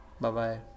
Bye-bye